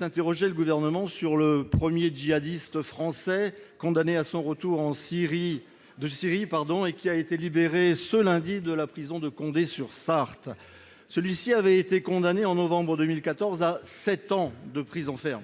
interroger le Gouvernement sur le premier djihadiste français condamné à son retour de Syrie puis libéré ce lundi de la prison de Condé-sur-Sarthe. Cet individu avait été condamné en novembre 2014 à sept ans de prison fermes.